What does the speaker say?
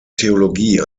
theologie